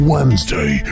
Wednesday